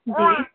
जी